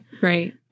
Right